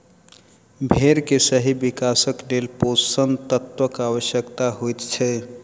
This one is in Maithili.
भेंड़ के सही विकासक लेल पोषण तत्वक आवश्यता होइत छै